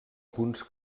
punts